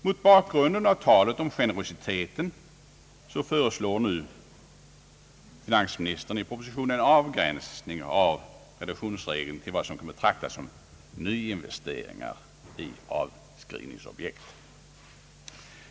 Mot bakgrunden av talet om generositeten föreslår nu finansministern i propositionen en avgränsning av reduktionsregeln till vad som kan betraktas som nyinvesteringar i avskrivningsobjekt.